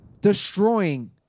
destroying